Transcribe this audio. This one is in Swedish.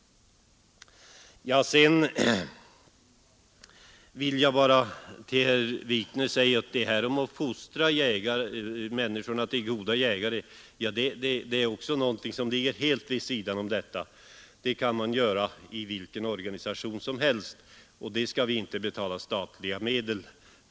Sedan vill jag bara till herr Wikner säga att uppgiften att fostra människorna till goda jägare också är någonting som ligger helt vid sidan om detta uppdrag. Det kan man göra i vilken organisation som helst, och för en sådan verksamhet skall vi inte betala statliga medel.